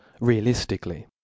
Realistically